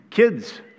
Kids